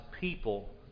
people